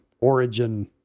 origin